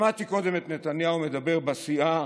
שמעתי קודם את נתניהו מדבר בסיעה